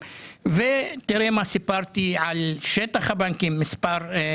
ותראה מה שסיפרתי על שטח הבנקים ומספר העובדים.